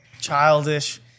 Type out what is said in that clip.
childish